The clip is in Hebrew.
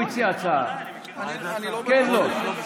הוא הציע הצעה, כן או לא?